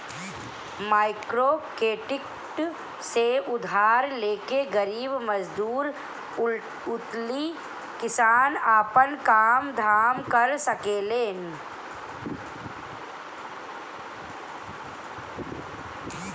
microcredit से उधार लेके गरीब मजदूर अउरी किसान आपन काम धाम कर सकेलन